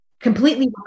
completely